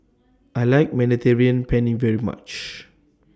I like Mediterranean Penne very much